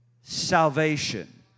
salvation